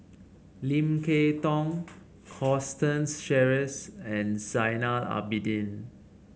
Lim Kay Tong Constance Sheares and Zainal Abidin